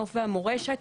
הנוף והמורשת,